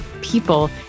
people